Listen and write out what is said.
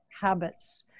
habits